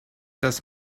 das